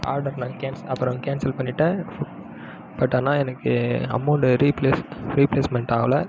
order நான் கேன்ஸ் அப்பறம் கேன்சல் பண்ணிவிட்டேன் ஃபுட் பட் ஆனால் எனக்கு அமௌண்ட்டு ரீப்ளேஸ் ரீப்ளேஸ்மெண்ட் ஆகல